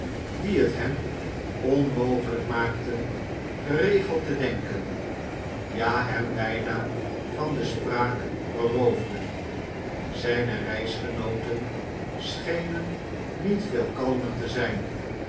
die het hem onmogelijk maakten geregeld te denken ja hem bijna van de spraak beroofden zijne reisgenooten schenen niet veel kalmer te zijn